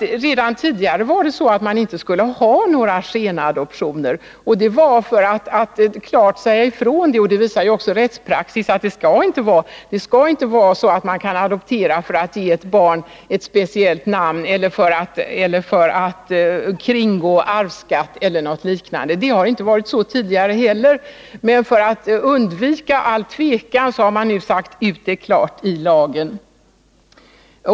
Det var redan tidigare så att det inte skulle få göras några skenadoptioner. Rättspraxis visar också att det inte skall vara så att man kan adoptera för att ge ett barn ett speciellt namn eller för att undgå arvsskatt eller liknande. Detta har gällt också tidigare, men för att undvika all tveksamhet har man nu klart sagt detta i lagen.